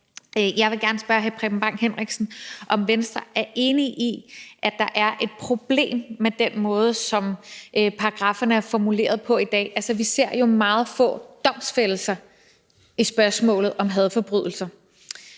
Jeg vil gerne spørge hr. Preben Bang Henriksen, om Venstre er enig i, at der er et problem med den måde, som paragrafferne er formuleret på i dag. Altså, vi ser jo meget få domfældelser i spørgsmålet om hadforbrydelser.